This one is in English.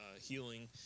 healing